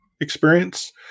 experience